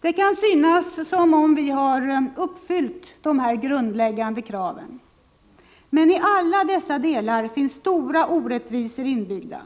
Det kan synas som om vi har uppfyllt dessa grundläggande krav, men i alla dessa delar finns stora orättvisor inbyggda.